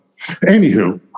anywho